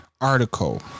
Article